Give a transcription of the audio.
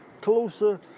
closer